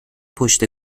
پشت